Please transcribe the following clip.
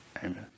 Amen